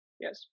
yes